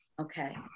okay